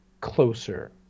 closer